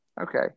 Okay